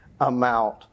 amount